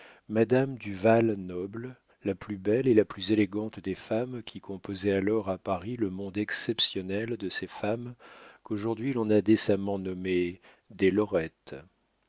madame du val-noble la plus belle et la plus élégante des femmes qui composaient alors à paris le monde exceptionnel de ces femmes qu'aujourd'hui l'on a décemment nommées des lorettes